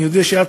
ואני יודע שאת,